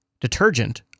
detergent